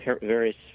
various